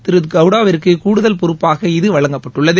திரு கவுடாவிற்கு கூடுதல் பொறுப்பாக இது வழங்கப்பட்டுள்ளது